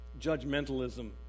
judgmentalism